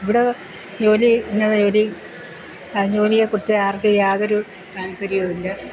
ഇവിടെ ജോലി ഇന്ന ജോലി ജോലിയെ കുറിച്ച് ആർക്കും യാതൊരു താല്പര്യവുമില്ല